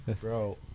Bro